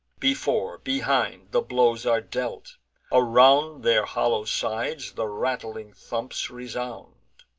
before, behind, the blows are dealt around their hollow sides the rattling thumps resound.